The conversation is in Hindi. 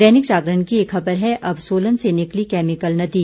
दैनिक जागरण की एक खबर है अब सोलन से निकली कैमिकल नदी